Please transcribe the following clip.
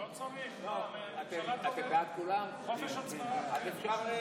לא צריך, יש חופש הצבעה.